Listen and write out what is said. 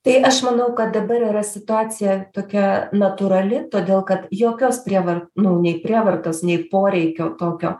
tai aš manau kad dabar yra situacija tokia natūrali todėl kad jokios prievars nu nei prievartos nei poreikio tokio